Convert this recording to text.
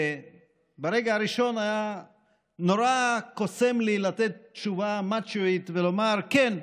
ברגע הראשון נורא קסם לי לתת תשובה מצ'ואיסטית ולומר: כן,